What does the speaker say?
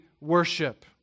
worship